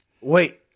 wait